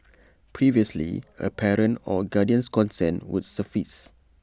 previously A parent or guardian's consent would suffice